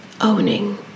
owning